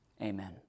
Amen